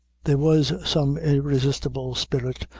there was some irresistible spirit,